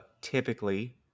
typically